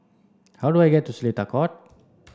how do I get to Seletar Court